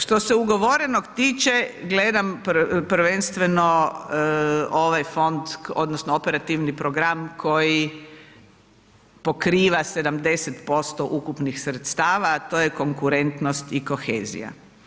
Što se ugovorenog tiče, gledam prvenstveno ovaj fond, odnosno operativni program koji pokriva 70% ukupnih sredstava, a to je konkurentnost i kohezija.